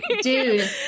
dude